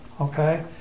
okay